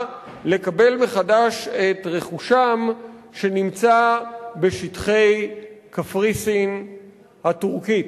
לקבל מחדש את רכושם שנמצא בשטחי קפריסין הטורקית,